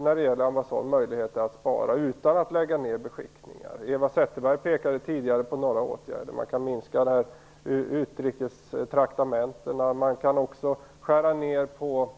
När det gäller ambassaderna finns det möjlighet att spara utan att lägga ned beskickningar. Eva Zetterberg pekade tidigare på några åtgärder. Man kan minska utrikestraktamentena. Man kan också skära ned på